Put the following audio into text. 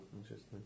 interesting